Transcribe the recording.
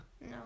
No